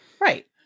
Right